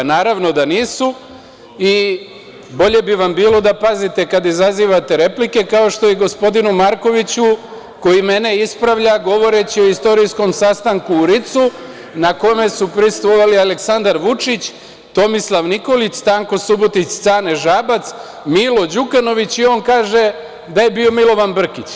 Naravno da nisu i bolje bi vam bilo da pazite kada izazivate replike, kao što i gospodinu Markoviću, koji mene ispravlja, govoreći o istorijskom sastanku u Ricu, na kome su prisustvovali i Aleksandar Vučić, Tomislav Nikolić, Stanko Subotić Cane Žabac, Milo Đukanović, i on kaže da je bio Milovan Brkić.